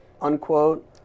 unquote